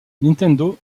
nintendo